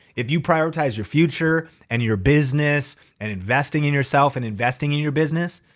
if you prioritize your future and your business and investing in yourself and investing in your business,